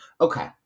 Okay